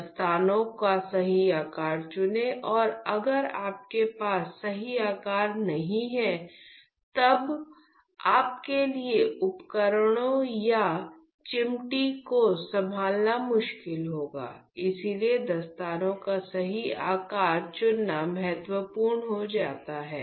दस्ताने का सही आकार चुनें और अगर आपके पास सही आकार नहीं है तब आपके लिए उपकरणों या चिमटी को संभालना मुश्किल होगा इसलिए दस्ताने का सही आकार चुनना महत्वपूर्ण हो जाता है